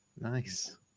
nice